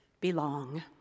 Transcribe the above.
belong